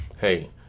hey